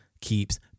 keeps